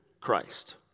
Christ